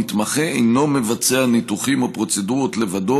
המתמחה אינו מבצע ניתוחים או פרוצדורות לבדו